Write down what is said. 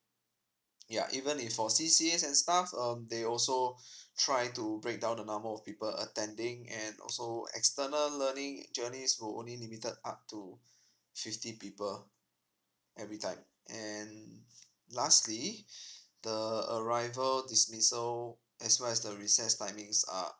ya even if for cc and stuff um they also try to break down the normal people attending and also external learning journeys are only limited up to fifty people every time and lastly the arrival dismissal as well as the recess timings are